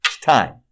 time